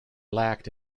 lacked